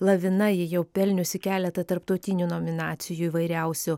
lavina ji jau pelniusi keletą tarptautinių nominacijų įvairiausių